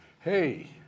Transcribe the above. Hey